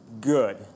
good